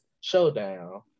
showdown